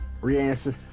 re-answer